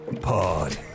pod